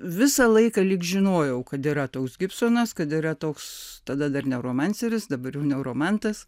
visą laiką lyg žinojau kad yra toks gibsonas kad yra toks tada dar neoromanseris dabar jau neuromantas